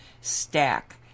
stack